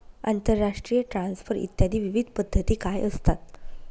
आंतरराष्ट्रीय ट्रान्सफर इत्यादी विविध पद्धती काय असतात?